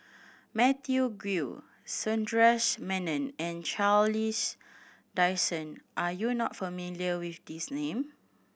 Matthew Ngui Sundaresh Menon and Charles Dycen are you not familiar with these name